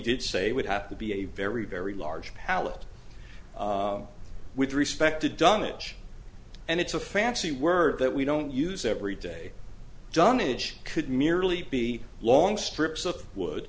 did say would have to be a very very large pallet with respect to done it and it's a fancy word that we don't use every day john it could merely be long strips of wood